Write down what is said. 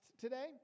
today